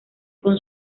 con